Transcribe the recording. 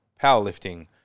powerlifting